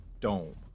dome